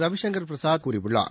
ரவிசங்கர் பிரசாத் கூறியுள்ளார்